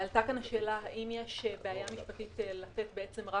עלתה כאן השאלה האם יש בעיה משפטית לתת רק